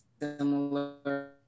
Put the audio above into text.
similar